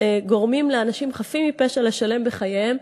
גורמים לאנשים חפים מפשע לשלם בחייהם.